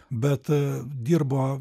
bet dirbo